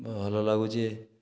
ଭଲ ଲାଗୁଛି